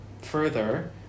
further